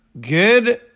good